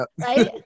Right